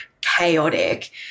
chaotic